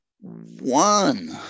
one